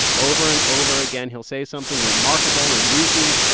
over and over again, he'll say something remarkable or newsy,